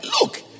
Look